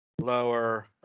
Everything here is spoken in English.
lower